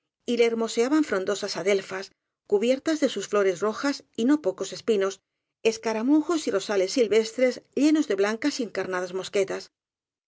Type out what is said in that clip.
le hermoseaban frondosas adelfas cubiertas de sus flores rojas y no pocos espinos escaramujos y ro sales silvestres llenos de blancas y encarnadas